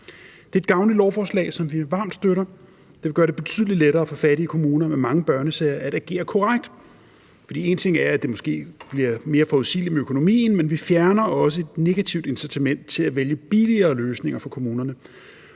Det er et gavnligt lovforslag, som vi varmt støtter. Det vil gøre det betydelig lettere for fattige kommuner med mange børnesager at agere korrekt, for én ting er, at det måske bliver mere forudsigeligt med økonomien, men en anden ting er, at vi også fjerner et negativt incitament til at vælge billigere løsninger for kommunerne.